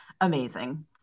amazing